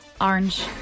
orange